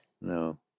No